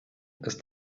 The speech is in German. ist